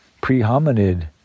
pre-hominid